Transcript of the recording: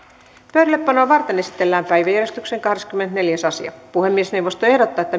pöydällepanoa varten esitellään päiväjärjestyksen kahdeskymmenesneljäs asia puhemiesneuvosto ehdottaa että